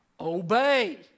Obey